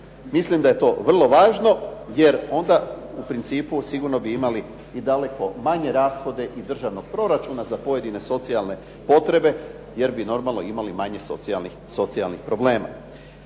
Mislim da je to vrlo važno, jer onda u principu sigurno bi imali i daleko manje rashode i državnog proračuan za pojedine socijalne potrebe, jer bi normalno imali manje socijalnih problema.